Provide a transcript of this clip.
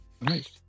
Nice